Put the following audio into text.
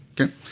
Okay